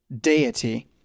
deity